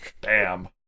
Bam